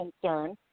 concern